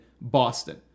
Boston